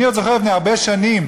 אני עוד זוכר לפני הרבה שנים,